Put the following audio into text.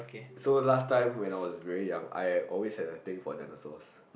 so last time when I was very young I always had a thing for dinosaurs